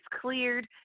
cleared